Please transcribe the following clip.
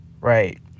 right